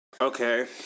Okay